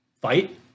fight